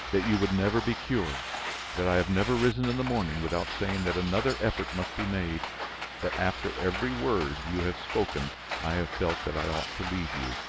that you would never be cured that i have never risen in the morning without saying that another effort must be made that after every word you have spoken i have felt that i ought to leave you,